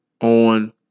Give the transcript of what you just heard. on